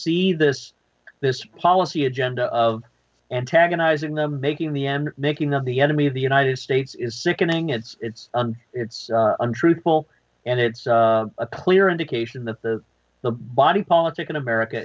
see this this policy agenda of antagonizing them making the end making of the enemy of the united states is sickening it's it's it's untruthful and it's a clear indication that the body politic in america